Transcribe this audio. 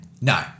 No